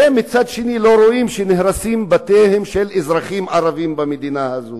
ומצד שני לא רואים שנהרסים בתיהם של אזרחים ערבים במדינה הזאת.